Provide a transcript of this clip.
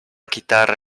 chitarra